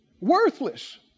Worthless